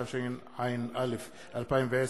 התשע"א 2010,